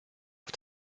auf